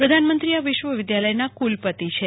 પ્રધાનમંત્રી આ વિશ્વવિદ્યાલયના કુલપતિ છે